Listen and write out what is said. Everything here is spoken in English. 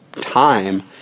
time